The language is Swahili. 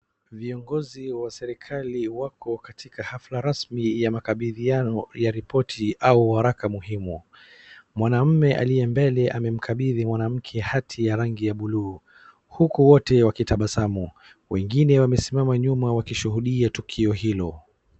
Viongozi wa serikali wako katika hafla rasmi ya makabidhiano ya ripoti au waraka muhimu. Mwanamume aliyembele amemkabidhi mwanamke hati ya rangi ya bluu huku wote wakitabasamu. Wengine wamesimama nyuma wakishuhudia tukio hilo.